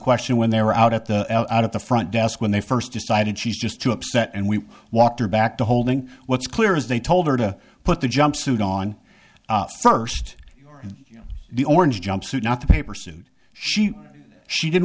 question when they're out at the out of the front desk when they first decided she's just too upset and we walked her back to holding what's clear is they told her to put the jumpsuit on first the orange jumpsuit not the paper suit she she didn't